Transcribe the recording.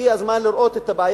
הגיע הזמן לחשוב